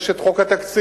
יש חוק התקציב.